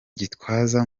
gitwaza